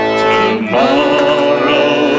tomorrow